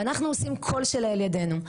אנחנו עושים כל שלאל ידנו,